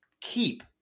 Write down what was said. keep